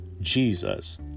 Jesus